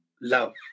love